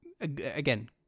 Again